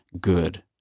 good